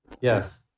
Yes